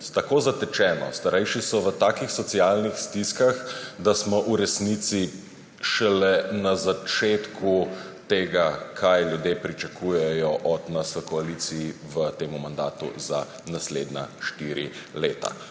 tako zatečeno, starejši so v takih socialnih stiskah, da smo v resnici šele na začetku tega, kaj ljudje pričakujejo od nas v koaliciji v tem mandatu za naslednja štiri leta.